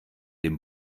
dem